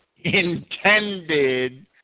intended